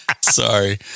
sorry